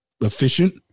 efficient